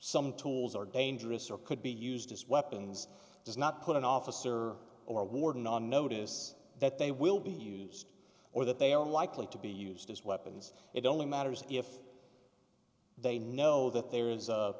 some tools are dangerous or could be used as weapons does not put an officer or a warden on notice that they will be used or that they are unlikely to be used as weapons it only matters if they know that there is a